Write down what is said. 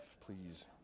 please